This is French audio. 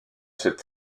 cette